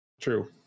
True